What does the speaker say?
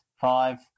Five